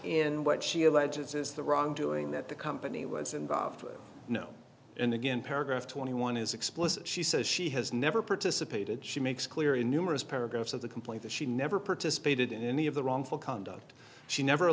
in what she alleges is the wrongdoing that the company was involved with no and again paragraph twenty one is explicit she says she has never participated she makes clear in numerous paragraphs of the complaint that she never participated in any of the wrongful conduct she never